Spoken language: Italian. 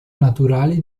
naturali